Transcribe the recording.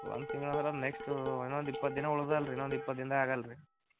ಒಂದು ತಿಂಗ್ಳು ಅಂದ್ರೆ ನೆಕ್ಸ್ಟು ಇನ್ನೊಂದು ಇಪ್ಪತ್ತು ದಿನ ಉಳಿದಲ್ರಿ ರಿ ಇನ್ನೊಂದು ಇಪ್ಪತ್ತು ದಿನ್ದಾಗ ಆಗಲ್ಲ ರಿ